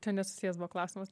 čia nesusijęs buvo klausimas